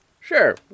Sure